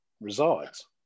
resides